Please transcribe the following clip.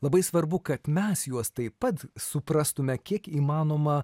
labai svarbu kad mes juos taip pat suprastume kiek įmanoma